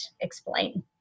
explain